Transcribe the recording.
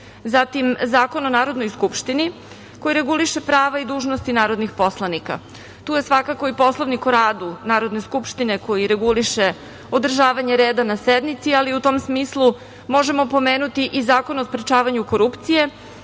Zatim, Zakon o Narodnoj skupštini koji reguliše prava i dužnosti narodnih poslanika. Tu je svakako i Poslovnik o radu Narodne skupštine koji reguliše održavanje reda na sednici, ali u tom smislu možemo pomenuti i Zakon o sprečavanju korupcije